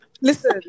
Listen